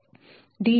512 7